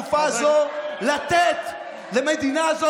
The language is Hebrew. זה יהיה על ראשך כי אתה העדפת בתקופה הזו לתת למדינה הזו